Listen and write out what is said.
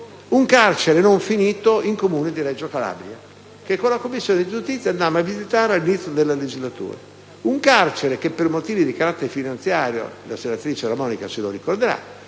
un carcere non finito nel comune di Reggio Calabria che con la Commissione giustizia andammo a visitare all'inizio della legislatura: un carcere che, per motivi di carattere finanziario - come la senatrice Della Monica ricorderà